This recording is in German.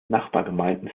nachbargemeinden